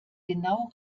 genau